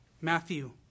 Matthew